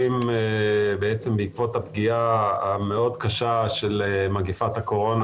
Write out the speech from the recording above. בעקבות הפגיעה המאוד קשה של מגפת הקורונה